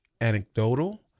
anecdotal